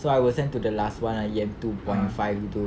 so I was sent to the last [one] E_M two point five gitu